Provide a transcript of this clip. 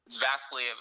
Vastly